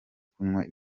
kunywa